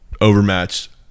overmatched